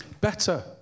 better